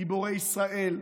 גיבורי ישראל,